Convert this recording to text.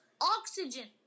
oxygen